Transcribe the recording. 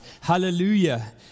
Hallelujah